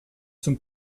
zum